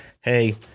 hey